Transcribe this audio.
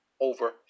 over